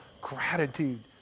gratitude